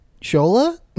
Shola